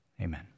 amen